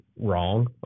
wrong